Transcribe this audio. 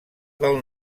del